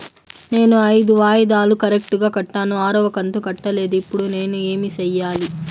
నేను ఐదు వాయిదాలు కరెక్టు గా కట్టాను, ఆరవ కంతు కట్టలేదు, ఇప్పుడు నేను ఏమి సెయ్యాలి?